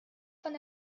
von